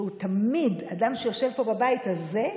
והוא תמיד, אדם שיושב פה, בבית הזה,